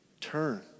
turn